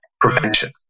prevention